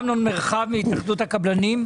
אמנון מרחב מהתאחדות הקבלנים.